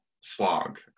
slog